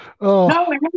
No